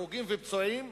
הרוגים ופצועים,